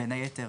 בין היתר